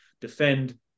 defend